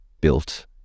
built